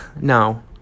no